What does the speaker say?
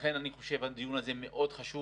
לכן, אני חושב שהדיון הזה מאוד חשוב